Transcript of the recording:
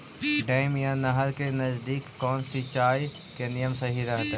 Dam या नहर के नजदीक कौन सिंचाई के नियम सही रहतैय?